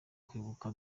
kwibuka